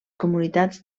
comunitats